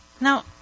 Now